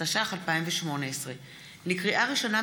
התשע"ח 2018. לקריאה ראשונה,